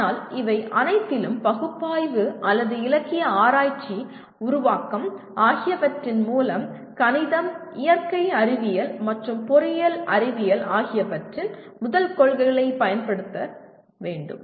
ஆனால் இவை அனைத்திலும் பகுப்பாய்வு அல்லது இலக்கிய ஆராய்ச்சி உருவாக்கம் ஆகியவற்றின் மூலம் கணிதம் இயற்கை அறிவியல் மற்றும் பொறியியல் அறிவியல் ஆகியவற்றின் முதல் கொள்கைகளைப் பயன்படுத்த வேண்டும்